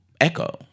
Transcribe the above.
Echo